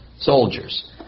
soldiers